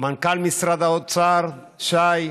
מנכ"ל משרד האוצר שי,